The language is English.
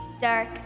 dark